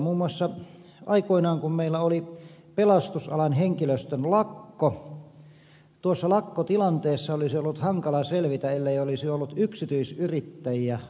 muun muassa aikoinaan kun meillä oli pelastusalan henkilöstön lakko tuosta lakkotilanteesta olisi ollut hankala selvitä ellei olisi ollut yksityisyrittäjiä ambulanssitoimessa